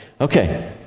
Okay